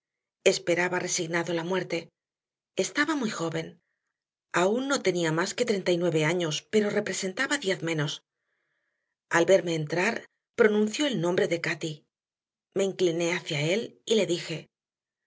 esperaba resignado la muerte estaba muy joven aún no tenía más que treinta y nueve años pero representaba diez menos al verme entrar pronunció el nombre de cati me incliné hacia él y le dije